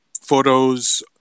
photos